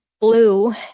blue